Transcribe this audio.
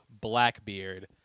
Blackbeard